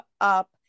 up